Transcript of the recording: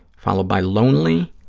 followed by lonely,